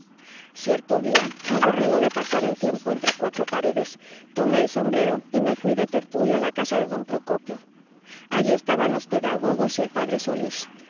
cierto día aburrido de pasar el tiempo entre cuatro paredes tomé el sombrero y me fuí de tertulia a la casa de don procopio allí estaban los pedagogos y el p solís